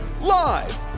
Live